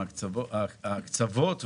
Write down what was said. אז --- מה הקשר אבל,